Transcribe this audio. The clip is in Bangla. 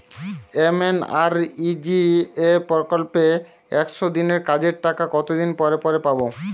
এম.এন.আর.ই.জি.এ প্রকল্পে একশ দিনের কাজের টাকা কতদিন পরে পরে পাব?